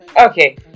Okay